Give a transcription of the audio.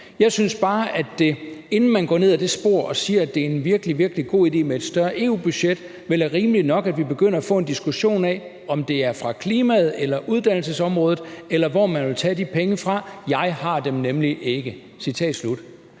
Jeg synes bare, at det, inden man går ned ad det spor og siger, at det er en virkelig, virkelig god idé med et større EU-budget, vel er rimeligt nok, at vi begynder at få en diskussion af, om det er fra klimaet eller uddannelsesområdet, eller hvor man vil tage de penge fra. Jeg har dem nemlig ikke.«